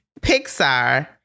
Pixar